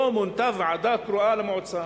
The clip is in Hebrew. לא מונתה ועדה קרואה למועצה.